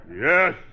Yes